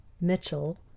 Mitchell